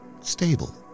stable